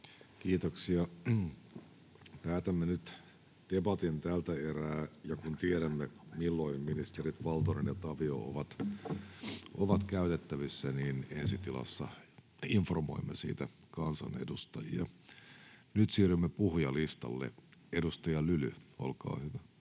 Kiitoksia. — Päätämme nyt debatin tältä erää, ja kun tiedämme, milloin ministerit Valtonen ja Tavio ovat käytettävissä, niin ensi tilassa me informoimme siitä kansanedustajia. Nyt siirrymme puhujalistalle. — Edustaja Lyly, olkaa hyvä.